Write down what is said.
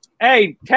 Hey